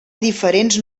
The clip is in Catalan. diferents